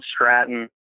Stratton